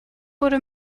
wurde